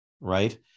right